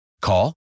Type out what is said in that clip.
Call